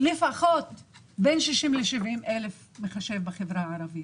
לפחות בבין 60,000 ל-70,000 מחשבים בחברה הערבית.